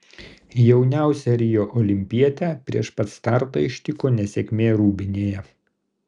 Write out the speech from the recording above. jauniausią rio olimpietę prieš pat startą ištiko nesėkmė rūbinėje